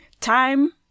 Time